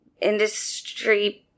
Industry